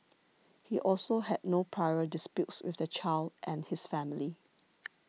he also had no prior disputes with the child and his family